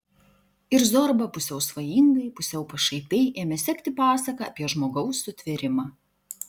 ir zorba pusiau svajingai pusiau pašaipiai ėmė sekti pasaką apie žmogaus sutvėrimą